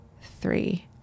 three